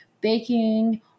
baking